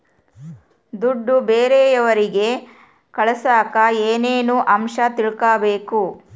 ದುಡ್ಡು ಬೇರೆಯವರಿಗೆ ಕಳಸಾಕ ಏನೇನು ಅಂಶ ತಿಳಕಬೇಕು?